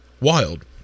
Wild